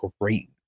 great